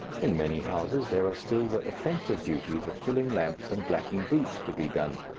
in many houses there are still the offensive duties of filling lamps and blacking boots to be done.